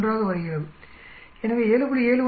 71 ஆக வருகிறது எனவே 7